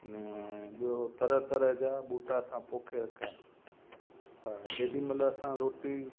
ऐं ॿियों तरह तरह जा बूटा असां पोखे रखिया ऐं जेॾीमहिल असां रोटी